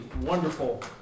wonderful